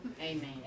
Amen